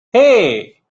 hey